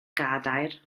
gadair